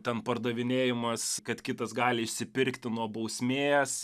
ten pardavinėjimas kad kitas gali išsipirkti nuo bausmės